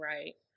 Right